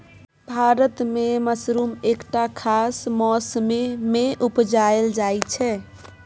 भारत मे मसरुम एकटा खास मौसमे मे उपजाएल जाइ छै